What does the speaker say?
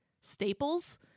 staples